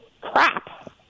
crap